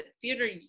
theater